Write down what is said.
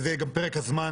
זה פרק הזמן,